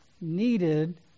needed